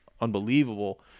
unbelievable